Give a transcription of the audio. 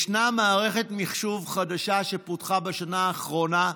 יש מערכת מחשוב חדשה שפותחה בשנה האחרונה,